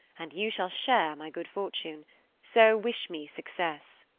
and you shall share my good fortune so wish me success.